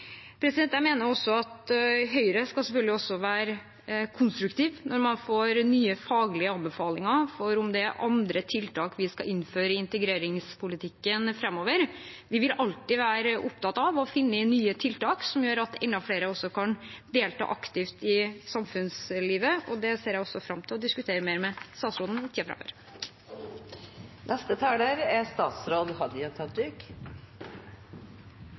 Jeg mener at Høyre selvfølgelig også skal være konstruktive når man får nye faglige anbefalinger om hvorvidt det er andre tiltak vi skal innføre i integreringspolitikken framover. Vi vil alltid være opptatt av å finne nye tiltak som gjør at enda flere kan delta aktivt i samfunnslivet, og det ser jeg fram til å diskutere mer med statsråden i tiden framover. Representanten Holm Lønseth seier at det viktigaste for å lykkast med integrering er